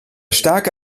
starke